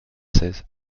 seize